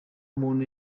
umuntu